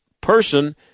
person